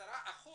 ו-10%